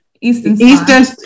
Eastern